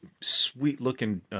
sweet-looking